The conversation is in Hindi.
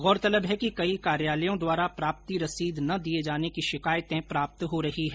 गौरतलब है कि कई कार्यालयों द्वारा प्राप्ति रसीद न दिये जाने की शिकायतें प्राप्त हो रही है